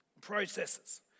processes